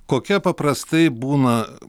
kokia paprastai būna